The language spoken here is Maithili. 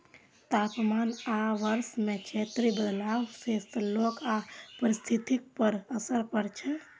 तापमान आ वर्षा मे क्षेत्रीय बदलाव सं लोक आ पारिस्थितिकी पर असर पड़ै छै